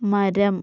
മരം